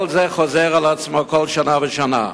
כל זה חוזר על עצמו כל שנה ושנה.